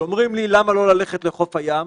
כשאומרים לי למה לא ללכת לחוף הים,